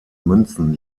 münzen